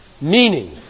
meaning